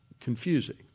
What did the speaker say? confusing